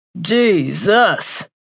Jesus